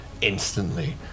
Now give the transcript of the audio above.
instantly